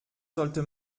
sollte